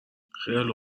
خیلی